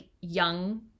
young